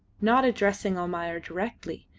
not addressing almayer directly,